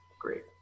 great